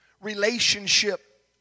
relationship